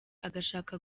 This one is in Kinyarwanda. agashaka